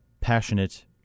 passionate